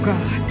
God